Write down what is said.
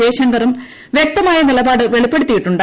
ജയശങ്കറും വ്യപ്തമായ നിലപാട് വെളിപ്പെടുത്തിയിട്ടുണ്ട്